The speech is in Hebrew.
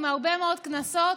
עם הרבה מאוד קנסות,